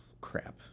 Crap